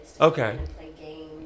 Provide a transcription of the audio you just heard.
Okay